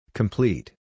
complete